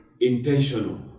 intentional